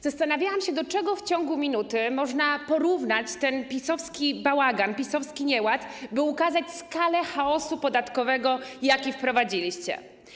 Zastanawiałam się, do czego w ciągu minuty można porównać ten PiS-owski bałagan, PiS-owski nieład, by ukazać skalę chaosu podatkowego, jaki wprowadziliście.